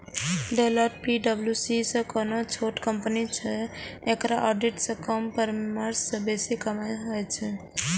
Deloitte पी.डब्ल्यू.सी सं कने छोट कंपनी छै, एकरा ऑडिट सं कम परामर्श सं बेसी कमाइ होइ छै